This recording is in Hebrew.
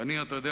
ואני, אתה יודע,